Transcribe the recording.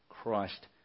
Christ